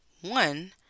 One